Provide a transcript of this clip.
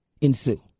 ensue